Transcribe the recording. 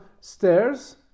stairs